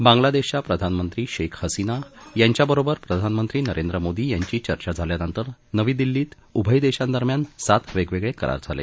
बांगलादेशच्या प्रधानमंत्री शेख हसीना यांच्याबरोबर प्रधानमंत्री नरेंद्र मोदी यांची चर्चा झाल्यानंतर नवी दिल्लीत उभय देशांदरम्यान सात वेगवेगळे करार झाले